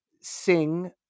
sing